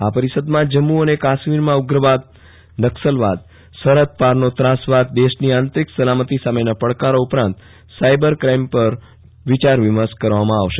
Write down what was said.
આ પરિષદમાં જમ્મુ અને કાશ્મીરમાં ઉગ્રવાદ નકસલવાદ સરહદ પારનો ત્રાસવાદ દેશની આં તરીક સલામતી સામેના પડકારો ઉપરાંચ સાયબર ક્રાઈમ પર વિચાર વિમર્ષ કરવામાં આવશે